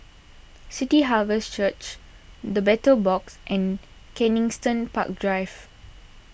City Harvest Church the Battle Box and Kensington Park Drive